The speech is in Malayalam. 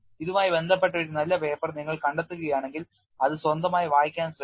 ഇതുമായി ബന്ധപ്പെട്ട ഒരു നല്ല പേപ്പർ നിങ്ങൾ കണ്ടെത്തുകയാണെങ്കിൽ അത് സ്വന്തമായി വായിക്കാൻ ശ്രമിക്കുക